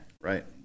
Right